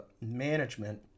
management